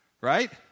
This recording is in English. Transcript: right